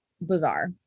bizarre